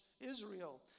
Israel